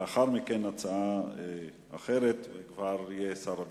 לאחר מכן הצעה אחרת שעליה ישיב שר המשפטים.